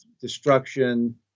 destruction